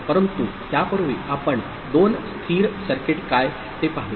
परंतु त्यापूर्वी आपण दोन स्थिर सर्किट काय ते पाहू